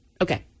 Okay